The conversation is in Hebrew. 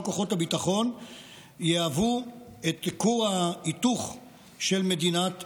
כוחות הביטחון יהוו את כור ההיתוך של מדינת ישראל.